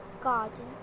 garden